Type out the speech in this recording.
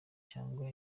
cyangwa